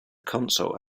console